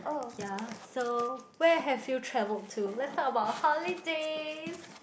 ya so where have you travelled to let's talk about holidays